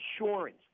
insurance